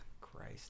Christ